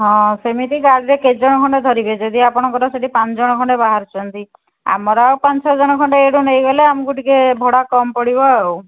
ହଁ ସେମିତି ଗାଡ଼ିରେ କେତେଜଣ ଖଣ୍ଡେ ଧରିବେ ଯେଦି ଆପଣଙ୍କର ସେଠି ପାଞ୍ଚଜଣ ଖଣ୍ଡେ ବାହାରୁଛନ୍ତି ଆମର ଆଉ ପାଞ୍ଚ ଛଅ ଜଣ ଖଣ୍ଡେ ଏଠୁ ନେଇଗଲେ ଆମକୁ ଟିକେ ଭଡ଼ା କମ୍ ପଡ଼ିବ ଆଉ